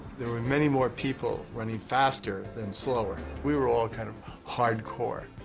there were many more people running faster than slower. we were all kind of hardcore.